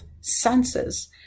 senses